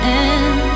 end